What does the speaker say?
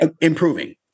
improving